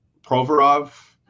Provorov